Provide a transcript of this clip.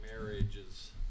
marriages